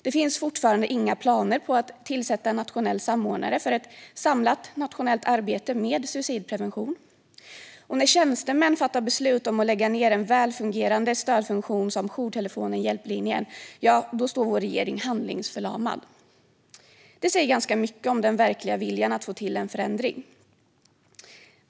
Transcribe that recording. Det finns fortfarande inga planer på att tillsätta en nationell samordnare för ett samlat nationellt arbete med suicidprevention, och när tjänstemän fattar beslut om att lägga ned en välfungerande stödfunktion som jourtelefonen Hjälplinjen står vår regering handlingsförlamad. Det säger ganska mycket om den verkliga viljan att få till en förändring.